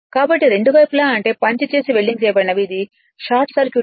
కాబట్టి రెండు వైపులా అంటే పంచ్ చేసి వెల్డింగ్ చేయబడినవి ఇది షార్ట్ సర్క్యూట్